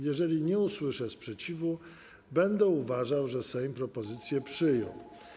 Jeżeli nie usłyszę sprzeciwu, będę uważał, że Sejm propozycję przyjął.